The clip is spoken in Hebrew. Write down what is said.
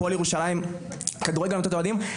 הפועל ירושלים כדורגל עמותת אוהדים,